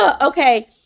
Okay